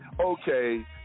okay